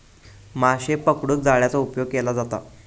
माशे पकडूक जाळ्याचा उपयोग केलो जाता